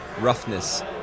roughness